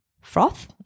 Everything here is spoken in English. froth